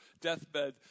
deathbed